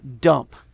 dump